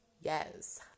Yes